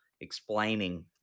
explaining